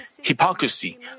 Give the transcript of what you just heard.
hypocrisy